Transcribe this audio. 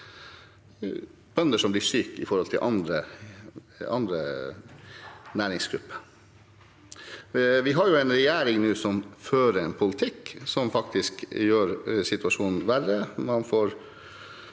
bønder som blir syke, i forhold til andre næringsgrupper. Vi har nå en regjering som fører en politikk som faktisk gjør situasjonen verre